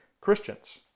Christians